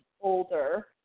older